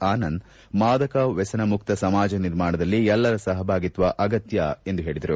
ಆನಂದ್ ಮಾದಕ ವ್ಯಸನಮುಕ್ತ ಸಮಾಜ ನಿರ್ಮಾಣದಲ್ಲಿ ಎಲ್ಲರ ಸಹಭಾಗಿತ್ವ ಅಗತ್ಯ ಎಂದು ಹೇಳಿದರು